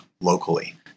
locally